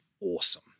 awesome